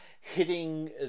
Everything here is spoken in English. hitting